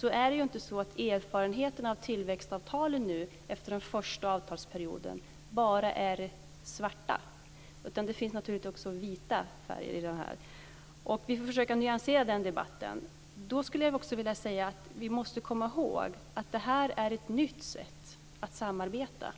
Det är ju inte så att erfarenheterna av tillväxtavtalen nu efter den första avtalsperioden bara är svarta, utan det finns naturligtvis också vita färger i det här. Vi får försöka nyansera den debatten. Vi måste komma ihåg att det här är ett nytt sätt att samarbeta.